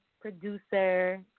producer